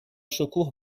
شکوه